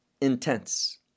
intense